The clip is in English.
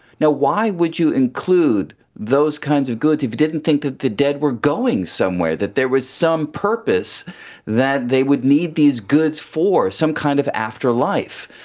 now, why would you include those kinds of goods if you didn't think the dead were going somewhere, that there was some purpose that they would need these goods for, some kind of afterlife?